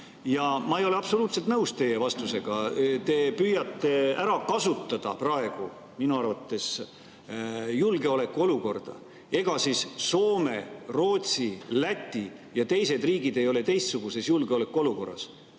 Ja ma ei ole absoluutselt nõus teie vastusega, te püüate ära kasutada praegu minu arvates julgeolekuolukorda. Ega siis Soome, Rootsi, Läti ja teised riigid ei ole teistsuguses julgeolekuolukorras.